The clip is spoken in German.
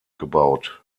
gebaut